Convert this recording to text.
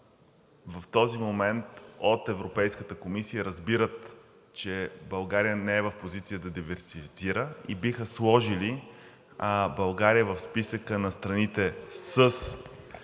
в този момент от Европейската комисия разбират, че България не е в позиция да диверсифицира и биха сложили България в списъка на страните с